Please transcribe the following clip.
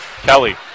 Kelly